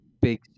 big